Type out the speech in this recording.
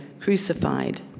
crucified